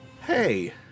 Hey